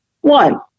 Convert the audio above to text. one